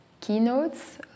keynotes